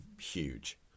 huge